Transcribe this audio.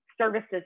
services